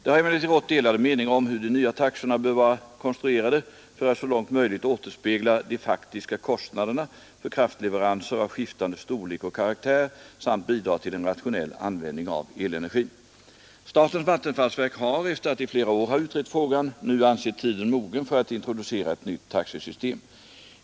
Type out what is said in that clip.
Det har emellertid rått delade meningar om hur de nya taxorna bör vara konstruerade för att så långt möjligt återspegla de faktiska kostnaderna för kraftleveranser av skiftande storlek och karaktär samt bidra till en rationell användning av elenergin. Statens vattenfallsverk har, efter att i flera år ha utrett frågan, nu ansett tiden mogen för att introducera ett nytt taxesystem.